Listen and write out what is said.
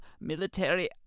military